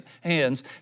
hands